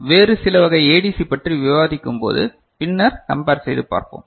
வேறு சில வகை ஏடிசி பற்றி விவாதிக்கும்போது பின்னர் கம்பர் செய்து பார்ப்போம்